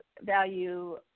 value